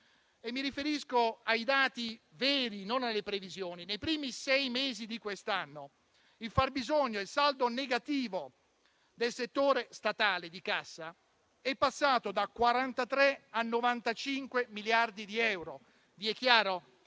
Mi riferisco ai dati veri e non alle previsioni. Nei primi sei mesi di quest'anno il fabbisogno, il saldo negativo del settore statale di cassa è passato da 43 a 95 miliardi di euro. Vi è chiaro?